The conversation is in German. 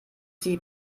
sie